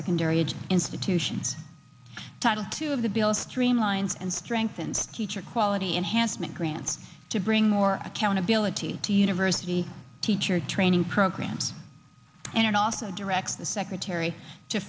secondary of institutions title two of the bill streamlined and strengthened teacher quality enhancement grants to bring more accountability to university teacher training programs and it also directs the secretary to